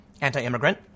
anti-immigrant